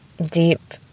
Deep